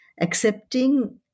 accepting